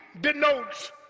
denotes